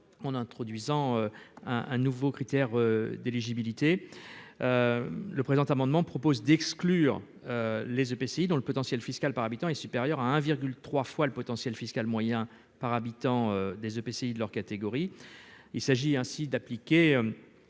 en introduisant un un nouveau critère d'éligibilité, le présent amendement propose d'exclure les EPCI dont le potentiel fiscal par habitant est supérieur à 1 virgule 3 fois le potentiel fiscal moyen par habitant des EPCI de leur catégorie, il s'agit ainsi d'appliquer